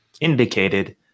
indicated